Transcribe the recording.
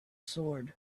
sword